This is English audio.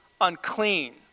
unclean